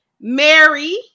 Mary